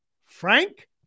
Frank